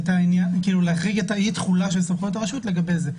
את התחולה של סמכויות הרשות לגבי זה.